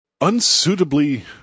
Unsuitably